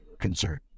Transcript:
concern